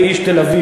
אני איש תל-אביב,